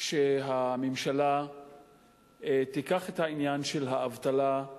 שהממשלה תיקח את עניין האבטלה,